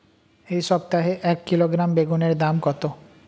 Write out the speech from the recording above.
এই সপ্তাহে এক কিলোগ্রাম বেগুন এর দাম কত?